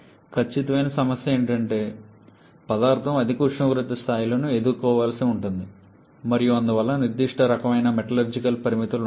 కానీ ఖచ్చితమైన సమస్య ఏమిటంటే పదార్థం అధిక ఉష్ణోగ్రత స్థాయిలను ఎదుర్కోవలసి ఉంటుంది మరియు అందువల్ల నిర్దిష్ట రకమైన మెటలర్జికల్ పరిమితులు ఉంటాయి